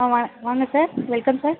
ஆ வாங்க வாங்க sir welcome sir